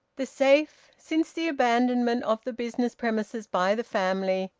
the safe, since the abandonment of the business premises by the family,